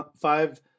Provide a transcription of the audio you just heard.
five